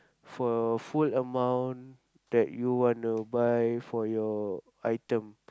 for full amount that you want to buy for your item